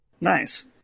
Nice